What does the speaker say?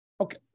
Okay